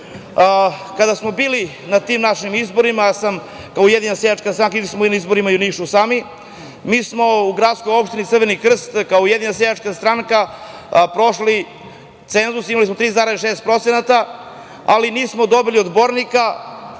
3%.Kada smo bili na tim našim izborima, kao Ujedinjena seljačka stranka bili smo i na izborima i u Nišu sami. Mi smo u gradskoj opštini Crveni krst kao Ujedinjena seljačka stranka prošli cenzus, imali smo 3,6%, ali nismo dobili odbornika,